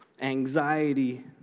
anxiety